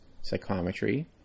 psychometry